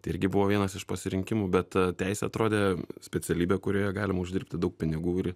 tai irgi buvo vienas iš pasirinkimų bet teisė atrodė specialybė kurioje galima uždirbti daug pinigų ir